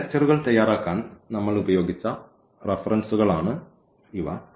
ഈ ലെക്ച്ചറുകൾ തയ്യാറാക്കാൻ നമ്മൾ ഉപയോഗിച്ച റഫറൻസുകളാണ് ഇവ